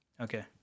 Okay